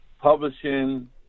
publishing